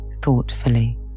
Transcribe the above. thoughtfully